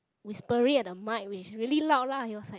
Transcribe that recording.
whispering at the mic which really loud lah he was like